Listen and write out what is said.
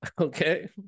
okay